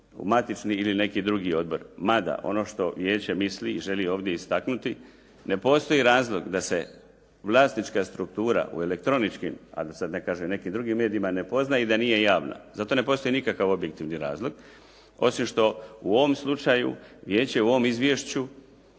u matični ili neki drugi odbor, mada ono što vijeće misli i želi ovdje istaknuti ne postoji razloga da se vlasnička struktura u elektroničkim a da sad ne kažem nekim drugim medijima ne pozna i da nije javna. Za to ne postoji nikakav objektivni razlog osim što u ovom slučaju vijeće u ovom izvješću